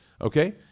Okay